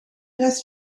rest